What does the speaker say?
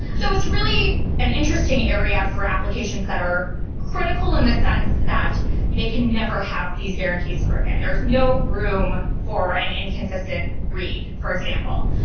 so it's really an interesting area for applications that are critical in the sense that they can never have these guarantees broken. there is no room for an inconsistent read, for example.